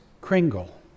Kringle